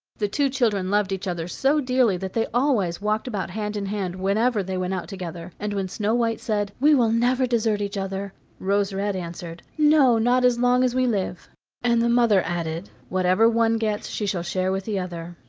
the two children loved each other so dearly that they always walked about hand in hand whenever they went out together, and when snow-white said, we will never desert each other, rose-red answered no, not as long as we live and the mother added whatever one gets she shall share with the other.